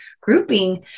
grouping